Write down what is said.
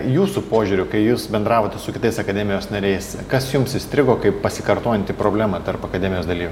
jūsų požiūriu kai jūs bendravote su kitais akademijos nariais kas jums įstrigo kaip pasikartojanti problema tarp akademijos dalyvių